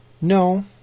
no